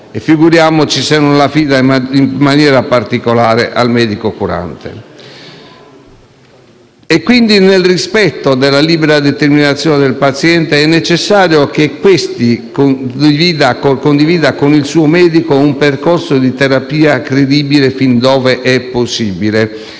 e figuriamoci se non lo affida in maniera particolare al medico curante. Quindi, nel rispetto della libera determinazione del paziente, è necessario che questi condivida con il suo medico un percorso di terapia credibile fin dove è possibile.